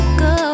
go